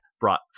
brought